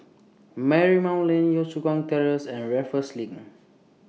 Marymount Lane Yio Chu Kang Terrace and Raffles LINK